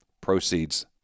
proceeds